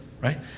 right